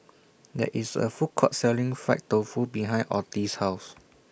There IS A Food Court Selling Fried Tofu behind Otis' House